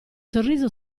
sorriso